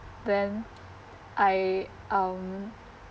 then I um